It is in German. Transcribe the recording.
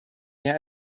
mehr